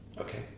Okay